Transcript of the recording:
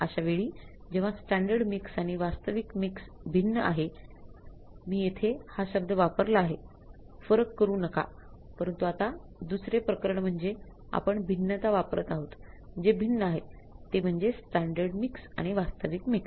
अशा वेळी जेव्हा स्टँडर्ड मिक्स आणि वास्तविक मिक्स भिन्न आहे मी येथे हा शब्द वापरला आहे 'फरक करू नका' परंतु आता दुसरे प्रकरण म्हणजे आपण भिन्नता वापरत आहोत जे भिन्न आहे ते म्हणजे स्टँडर्ड मिक्स आणि वास्तविक मिक्स